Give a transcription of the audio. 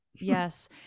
Yes